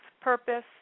purpose